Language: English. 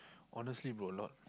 honestly bro a lot